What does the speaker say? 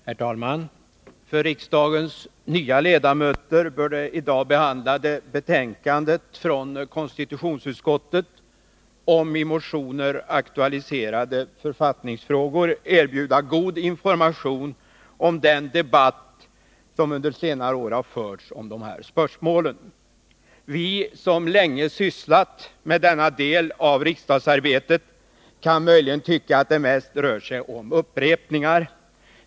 Herr talman! För riksdagens nya ledamöter bör det i dag föreliggande betänkandet från konstitutionsutskottet om i motioner aktualiserade författningsfrågor erbjuda god information om den debatt som under senare år har förts om dessa spörsmål. Vi som länge sysslat med denna del av riksdagsarbetet kan möjligen tycka att det mest rör sig om upprepningar.